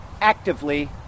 actively